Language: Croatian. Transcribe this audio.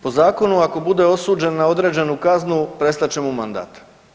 Po zakonu ako bude osuđen na određenu kaznu prestat će mu mandat.